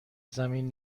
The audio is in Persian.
زمین